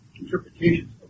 interpretations